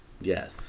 yes